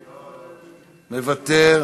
מוותר,